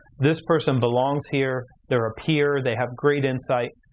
this person belongs here. they're a peer. they have great insight.